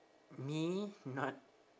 me not